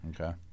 Okay